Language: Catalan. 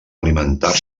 alimentar